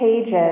pages